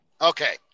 Okay